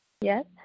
yes